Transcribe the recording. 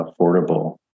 affordable